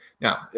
Now